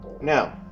Now